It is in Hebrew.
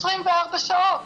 24 שעות.